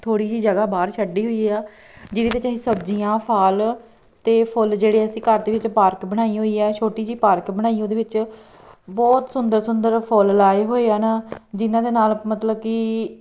ਥੋੜ੍ਹੀ ਜਿਹੀ ਜਗ੍ਹਾ ਬਾਹਰ ਛੱਡੀ ਹੋਈ ਆ ਜਿਹਦੇ ਵਿੱਚ ਅਸੀਂ ਸਬਜ਼ੀਆਂ ਫ਼ਲ ਅਤੇ ਫੁੱਲ ਜਿਹੜੇ ਅਸੀਂ ਘਰ ਦੇ ਵਿੱਚ ਪਾਰਕ ਬਣਾਈ ਹੋਈ ਹੈ ਛੋਟੀ ਜਿਹੀ ਪਾਰਕ ਬਣਾਈ ਉਹਦੇ ਵਿੱਚ ਬਹੁਤ ਸੁੰਦਰ ਸੁੰਦਰ ਫੁੱਲ ਲਾਏ ਹੋਏ ਹਨ ਜਿਨ੍ਹਾਂ ਦੇ ਨਾਲ ਮਤਲਬ ਕਿ